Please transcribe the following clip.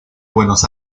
buenos